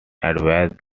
advised